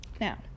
Now